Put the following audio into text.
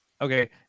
Okay